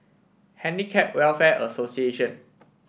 Handicap Welfare Association